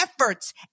efforts